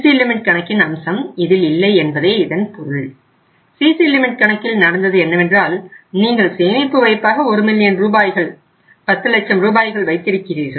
CC limit கணக்கில் நடந்தது என்னவென்றால் நீங்கள் சேமிப்பு வைப்பாக 1 மில்லியன் ரூபாய்கள் 10 லட்சம் ரூபாய்கள் வைத்திருக்கிறீர்கள்